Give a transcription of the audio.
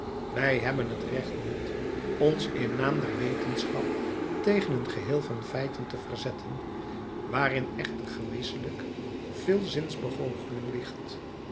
wij hebben het recht niet ons in naam der wetenschap tegen een geheel van feiten te verzetten waarin echter gewisselijk veel zinsbegoocheling ligt